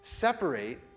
Separate